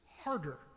harder